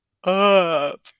Up